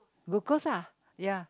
glucose ah ya